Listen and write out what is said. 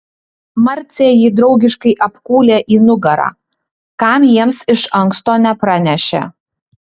marcė jį draugiškai apkūlė į nugarą kam jiems iš anksto nepranešė